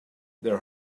their